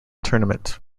tournament